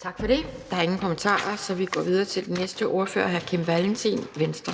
Kl. 12:17 Anden næstformand (Pia Kjærsgaard): Tak for det. Der er ingen kommentarer, så vi går videre til den næste ordfører, hr. Kim Valentin, Venstre.